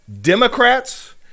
Democrats